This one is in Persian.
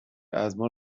ازما